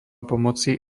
pomoci